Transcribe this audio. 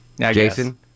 Jason